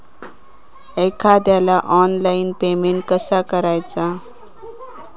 एखाद्याला online payment कसा करायचा?